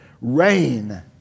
reign